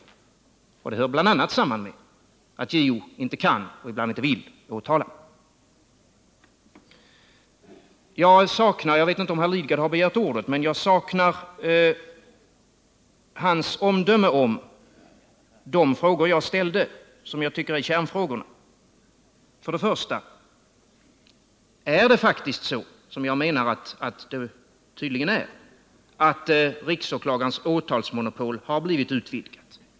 Detta hör bl.a. samman med att JO inte kan och inte vill åtala. Jag vet inte om herr Lidgard har begärt ordet, men jag saknar hans omdöme om de frågor jag ställde, som jag tycker är kärnfrågorna. 1. Ärdet faktiskt så — som jag menar att det tydligen är — att riksåklagarens åtalsmonopol har blivit utvidgat? 2.